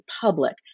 public